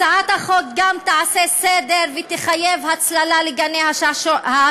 הצעת החוק גם תעשה סדר ותחייב הצללה בגני-השעשועים.